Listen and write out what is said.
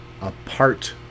apart